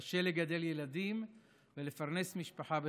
קשה לגדל ילדים ולפרנס משפחה בכבוד.